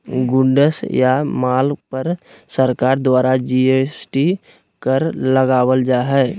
goods या माल पर सरकार द्वारा जी.एस.टी कर लगावल जा हय